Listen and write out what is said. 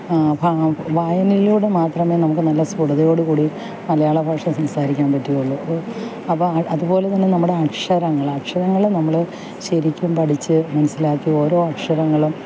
ഭാ വായനയിലൂടെ മാത്രമേ നമുക്ക് നല്ല സ്ഫുടതയോടുകൂടി മലയാളഭാഷ സംസാരിക്കാന് പറ്റുള്ളൂ അപ്പോള് അപ്പോൾ അതുപോലെ തന്നെ നമ്മുടെ അക്ഷരങ്ങൾ അക്ഷരങ്ങൾ നമ്മൾ ശരിക്കും പഠിച്ച് മനസ്സിലാക്കി ഓരോ അക്ഷരങ്ങളും